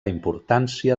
importància